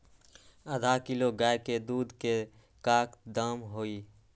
आधा किलो गाय के दूध के का दाम होई?